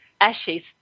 ashes